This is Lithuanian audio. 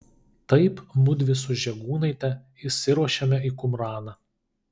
taip mudvi su žegūnaite išsiruošėme į kumraną